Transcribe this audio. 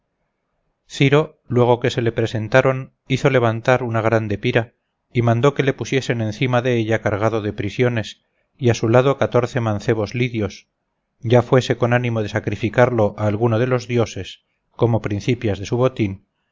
y mandó que le pusiesen encima de ella cargado de prisiones y a su lado catorce mancebos lydios ya fuese con ánimo de sacrificarlo a alguno de los dioses como primicias de su botín